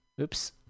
Oops